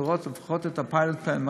לראות לפחות את ה-pilot plan,